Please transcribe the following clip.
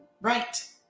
right